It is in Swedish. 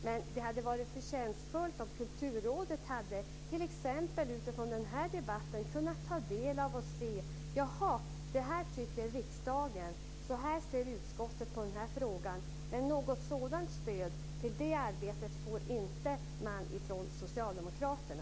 Men det hade varit förtjänstfullt om Kulturrådet, t.ex. utifrån den här debatten, hade kunnat se att så här tycker riksdagen, så här ser utskottet på den här frågan. Något sådant stöd till det arbetet får man inte från Socialdemokraterna.